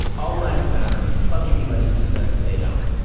all lives matter and fuck anybody who says that they don't.